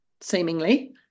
seemingly